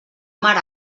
mar